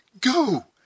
Go